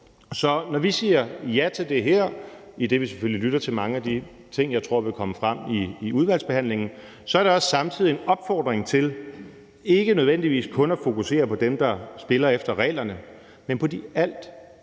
Så når vi siger ja til det her, idet vi selvfølgelig lytter til mange af de ting, jeg tror vil komme frem under udvalgsbehandlingen, så er det også samtidig en opfordring til ikke nødvendigvis kun at fokusere på dem, der spiller efter reglerne, men på de alt,